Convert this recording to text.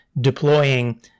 deploying